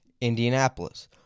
Indianapolis